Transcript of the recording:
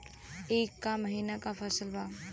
ई क महिना क फसल बा?